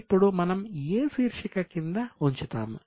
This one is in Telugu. ఇప్పుడు మనం ఏ శీర్షిక కింద ఉంచుతాము